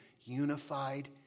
unified